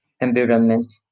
environment